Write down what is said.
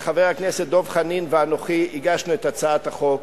חבר הכנסת דב חנין ואנוכי הגשנו את הצעת החוק,